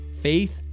Faith